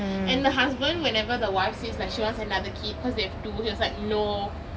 and the husband whenever the wife says like she was another kid cause they have two he was like no